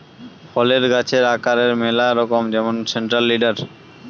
ফলের গাছের আকারের ম্যালা রকম যেমন সেন্ট্রাল লিডার